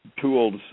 Tools